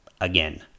again